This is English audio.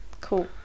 Cool